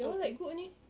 that [one] like good only